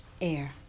air